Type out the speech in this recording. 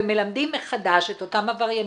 ומלמדים מחדש את אותם עבריינים,